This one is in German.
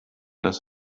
das